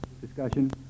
discussion